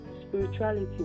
spirituality